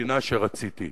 מדינה שרציתי.